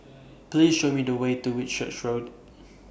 Please Show Me The Way to Whitchurch Road